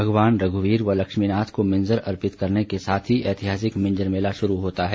भगवान रघुवीर व लक्ष्मीनाथ को मिंजर अर्पित करने के साथ ही ऐतिहासिक मिंजर मेला शुरू होता है